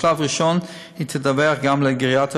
בשלב ראשון היא תדווח גם לגריאטר